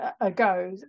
ago